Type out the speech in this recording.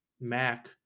mac